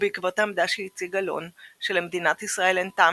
ובעקבות העמדה שהציג אלון שלמדינת ישראל אין טעם